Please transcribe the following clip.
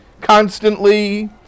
constantly